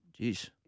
Jeez